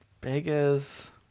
Beggar's